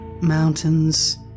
Mountains